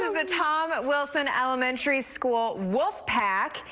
the the tom wilson elementary school wolf pack,